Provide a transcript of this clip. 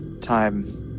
time